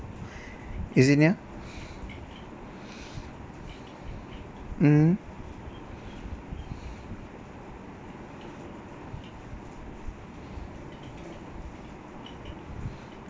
is it near mm